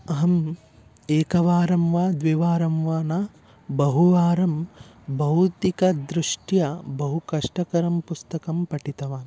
अहम् एकवारं वा द्विवारं वा न बहुवारं भौतिकदृष्ट्या बहु कष्टकरं पुस्तकं पठितवान्